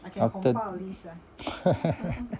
after